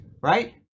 right